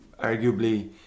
arguably